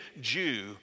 Jew